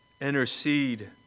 intercede